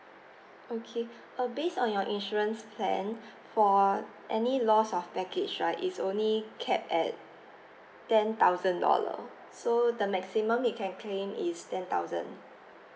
okay uh based on your insurance plan for any loss of package right it's only capped at ten thousand dollar so the maximum it can claim is ten thousand